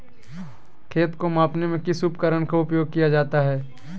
खेत को मापने में किस उपकरण का उपयोग किया जाता है?